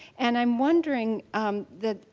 and i'm wondering that,